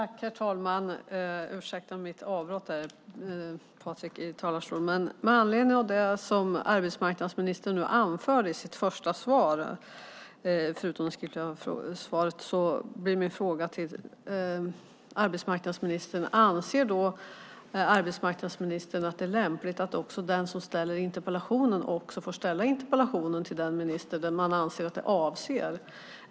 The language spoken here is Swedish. Herr talman! Jag ber om ursäkt, Patrik Björck, för mitt avbrott här. Men med anledning av det som arbetsmarknadsministern anförde blir min fråga till honom: Anser arbetsmarknadsministern att det är lämpligt att den som ställer interpellationen också får ställa den till den minister som man anser att interpellationen avser?